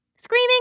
Screaming